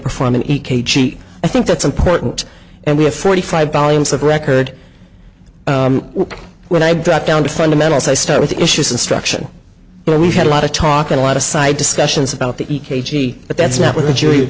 perform an e k g i think that's important and we have forty five volumes of record when i got down to fundamentals i start with the issues instruction but we've had a lot of talking a lot of side discussions about the e k g but that's not what the jury